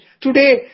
Today